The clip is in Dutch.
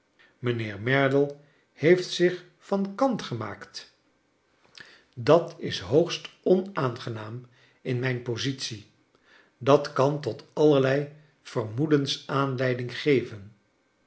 mijnheer merdle heeft zich van kant gemaakt dat is hoogst onaangenaam in mijn positie dat kan tot allerlei vermoedens aanleiding geven